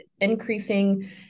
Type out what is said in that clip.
increasing